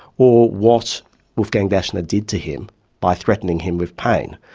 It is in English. or what wolfgang daschner did to him by threatening him with pain.